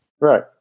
right